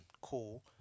cool